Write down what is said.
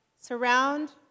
surround